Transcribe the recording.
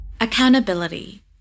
Accountability